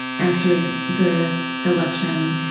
after the election,